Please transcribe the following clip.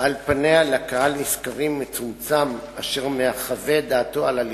פורסם כי אמון